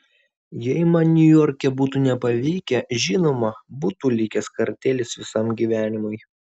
jei man niujorke būtų nepavykę žinoma būtų likęs kartėlis visam gyvenimui